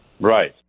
right